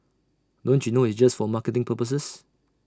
don't you know it's just for marketing purposes